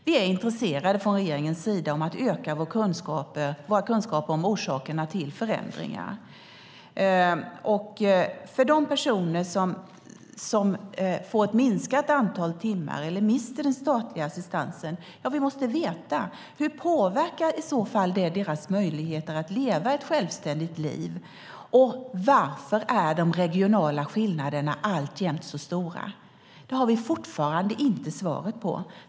Vi är från regeringens sida intresserade av att öka våra kunskaper om orsakerna till förändringar. För de personer som får ett minskat antal timmar eller mister den statliga assistansen måste vi veta hur det i så fall påverkar deras möjligheter att leva ett självständigt liv. Och varför är de regionala skillnaderna alltjämt så stora? Det har vi fortfarande inte svaret på.